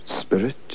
spirit